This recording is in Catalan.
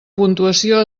puntuació